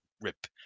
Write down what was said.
rip